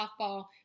softball